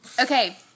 Okay